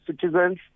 citizens